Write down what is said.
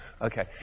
Okay